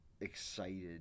excited